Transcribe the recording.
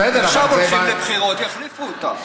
בסדר, אבל זה, עכשיו הולכים לבחירות, יחליפו אותה.